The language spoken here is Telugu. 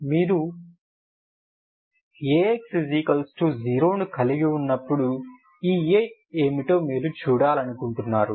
మీరు AX 0 ను కలిగి ఉన్నప్పుడు ఈ A ఏమిటో మీరు చూడాలనుకుంటున్నారు